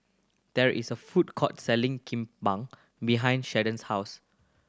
there is a food court selling Kimbap behind Sheldon's house